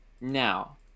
Now